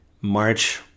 march